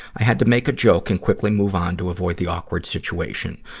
i had to make a joke and quickly move on to avoid the awkward situation.